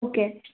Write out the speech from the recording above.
okay